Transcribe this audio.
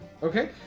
Okay